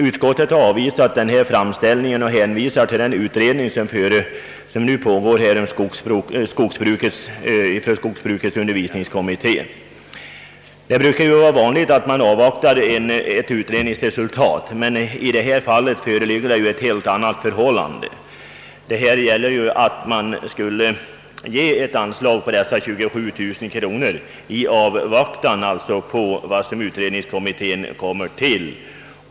Utskottet har emellertid avstyrkt motionerna och därvid hänvisat till den utredning som pågår inom skogsbrukets yrkesutbildningskommitté. Det brukar visserligen vara vanligt att man avvaktar resultatet av pågående utredningar, men i reservationen har det föreslagits att detta anslag på 27000 kronor skall ges i avvaktan på utredningens betänkande.